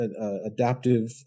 adaptive